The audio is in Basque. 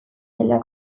dela